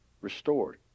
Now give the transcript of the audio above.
restored